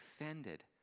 offended